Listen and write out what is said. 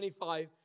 25